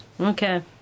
Okay